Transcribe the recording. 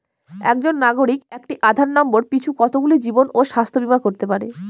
একজন নাগরিক একটি আধার নম্বর পিছু কতগুলি জীবন ও স্বাস্থ্য বীমা করতে পারে?